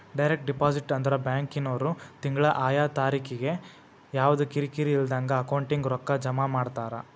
direct deposit ಅಂದ್ರ ಬ್ಯಾಂಕಿನ್ವ್ರು ತಿಂಗ್ಳಾ ಆಯಾ ತಾರಿಕಿಗೆ ಯವ್ದಾ ಕಿರಿಕಿರಿ ಇಲ್ದಂಗ ಅಕೌಂಟಿಗೆ ರೊಕ್ಕಾ ಜಮಾ ಮಾಡ್ತಾರ